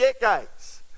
decades